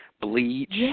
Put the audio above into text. bleach